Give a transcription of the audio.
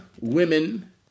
women